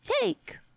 take